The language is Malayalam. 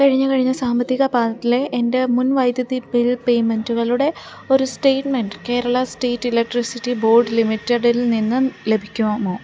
കഴിഞ്ഞ സാമ്പത്തികപാദത്തിലെ എൻ്റെ മുൻ വൈദ്യുതി ബിൽ പേയ്മെൻ്റുകളുടെ ഒരു statement Kerala state electricity board ലിമിറ്റഡിൽ നിന്നും ലഭിക്കുമോ